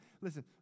Listen